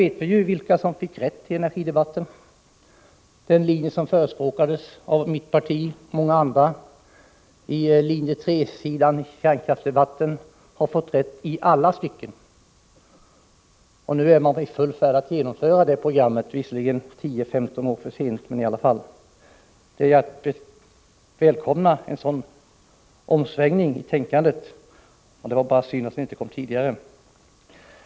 Det är ju bekant vem som fick rätt i energidebatten. Förespråkarna för den linje i kärnkraftsfrågan som vårt parti och även många andra stödde, alltså linje 3, har fått rätt på alla punkter. Nu är man i full färd med att genomföra programmet, visserligen 10-15 år för sent. Men det är i varje fall bra att man har kommit i gång. En sådan omsvängning i tänkandet är således att välkomna. Det är bara synd att den inte kommit tidigare.